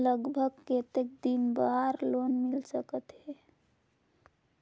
लगभग कतेक दिन बार लोन मिल सकत हे?